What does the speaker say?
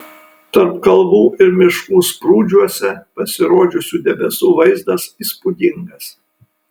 tarp kalvų ir miškų sprūdžiuose pasirodžiusių debesų vaizdas įspūdingas